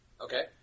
okay